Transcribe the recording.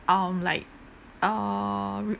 um like err